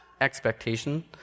expectation